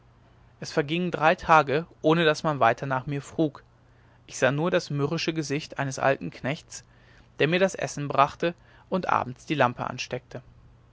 es vergingen drei tage ohne daß man weiter nach mir frug ich sah nur das mürrische gesicht eines alten knechts der mir das essen brachte und abends die lampe ansteckte